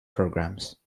programs